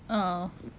ah